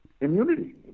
immunity